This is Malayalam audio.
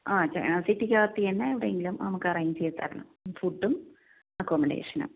ആ സിറ്റിക്കകത്തുതന്നെ എവിടെയെങ്കിലും നമുക്ക് അറേഞ്ച് ചെയ്തുതരണം ഫുഡും അക്കൊമൊഡേഷനും